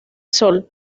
sol